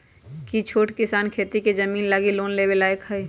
कि छोट किसान खेती के जमीन लागी लोन लेवे के लायक हई?